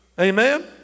Amen